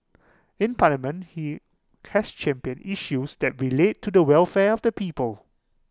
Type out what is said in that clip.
in parliament he has championed issues that relate to the welfare of the people